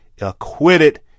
acquitted